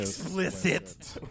Explicit